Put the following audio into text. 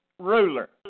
ruler